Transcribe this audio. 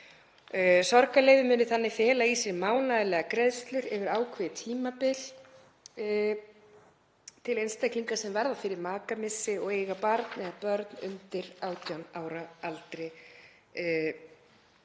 Sorgarleyfi muni þannig fela í sér mánaðarlegar greiðslur yfir ákveðið tímabil til einstaklinga sem verða fyrir makamissi og eiga barn eða börn undir 18 ára aldri,